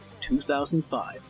2005